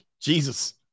Jesus